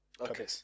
Okay